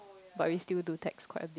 but we still do text quite a bit